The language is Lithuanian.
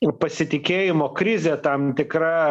ir pasitikėjimo krizė tam tikra